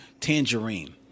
Tangerine